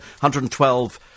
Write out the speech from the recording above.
112